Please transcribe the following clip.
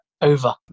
over